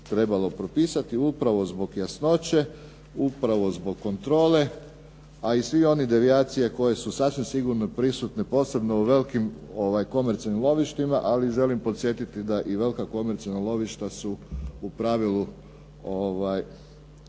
trebalo propisati upravo zbog jasnoće, upravo zbog kontrole, a i sve one devijacije koje su sasvim sigurno prisutne posebno u velikim komercijalnim lovištima, ali želim posjetiti da i velika komercijalna lovišta su u pravilu